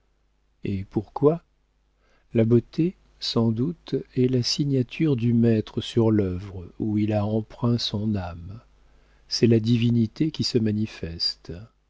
et pourquoi la beauté sans doute est la signature du maître sur l'œuvre où il a empreint son âme c'est la divinité qui se manifeste